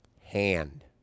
hand